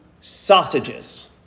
sausages